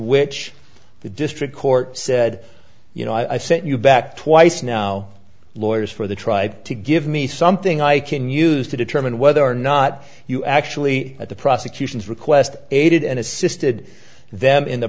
which the district court said you know i sent you back twice now lawyers for the tribe to give me something i can use to determine whether or not you actually at the prosecution's request aided and assisted them in the